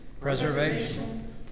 preservation